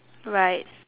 right